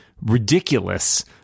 ridiculous